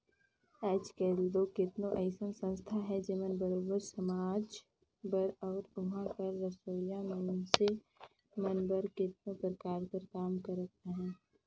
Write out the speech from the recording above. आएज काएल दो केतनो अइसन संस्था अहें जेमन बरोबेर समाज बर अउ उहां कर रहोइया मइनसे मन बर केतनो परकार कर काम करत अहें